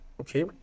okay